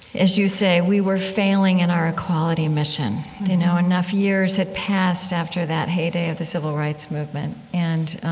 as you say we were failing in our equality mission mm-hmm you know, enough years had passed after that heyday of the civil rights movement, and, um,